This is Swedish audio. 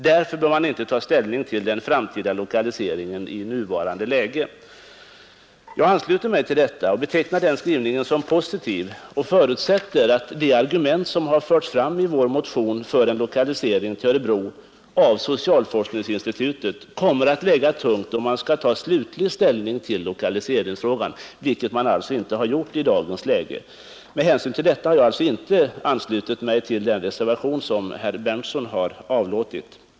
Därför bör man inte ta ställning till den framtida lokaliseringen i nuvarande läge. Jag ansluter mig till detta och betecknar den skrivningen som positiv. Jag förutsätter att de argument som förts fram i vår motion för en lokalisering av socialforskningsinstitutet till Örebro kommer att väga tungt då man skall ta slutlig ställning till lokaliseringsfrågan, vilket man alltså inte gjort i dagens läge. Med hänsyn till detta har jag alltså inte anslutit mig till den reservation som herr Berndtson avlåtit.